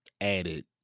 added